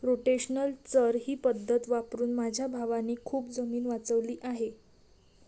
rotational चर ही पद्धत वापरून माझ्या भावाने खूप जमीन वाचवली आहे